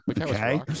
Okay